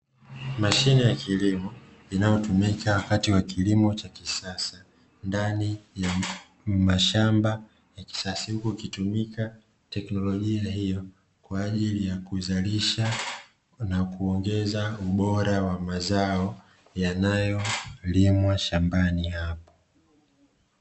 Mashine ya kilimo inayotumika wakati wa kilimo cha kisasa, ndani ya mashamba ya kisasa huku ikitumika teknolojia hiyo kwa ajili ya kuzalisha na kuongeza ubora wa mazao yanayolimwa shambani hapo.